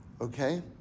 okay